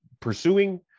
pursuing